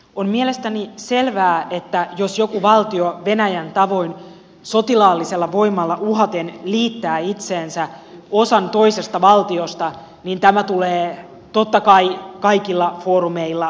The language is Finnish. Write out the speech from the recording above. on mielestäni selvää että jos joku valtio venäjän tavoin sotilaallisella voimalla uhaten liittää itseensä osan toisesta valtiosta niin tämä tulee totta kai kaikilla foorumeilla tuomita